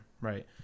right